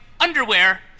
underwear